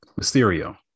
Mysterio